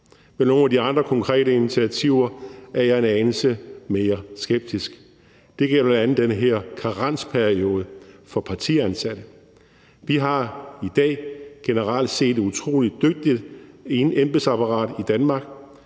Men nogle af de andre konkrete initiativer er jeg en anelse mere skeptisk over for. Det gælder bl.a. den her karensperiode for partiansatte. Vi har generelt i dag et utrolig dygtigt embedsapparat i Danmark,